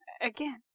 again